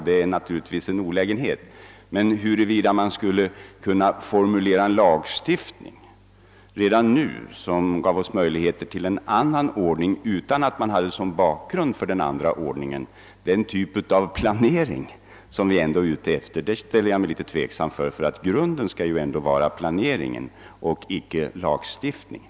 Detta är naturligtvis en olägenhet. Huruvida man skulle kunna utarbeta en sagstiftning redan nu som gav oss möjlighet till en annan ordning, utan att man som bakgrund för den andra ord ningen hade den typ av planering som vi ändå är ute efter, ställer jag mig litet tveksam till. Grunden skall ändå vara planeringen och icke lagstiftningen.